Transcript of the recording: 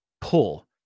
pull